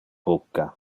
bucca